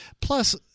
Plus